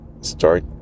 start